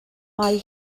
mae